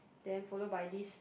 then followed by this